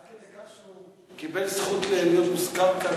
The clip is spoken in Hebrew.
עד כדי כך שהוא קיבל זכות להיות מוזכר כאן?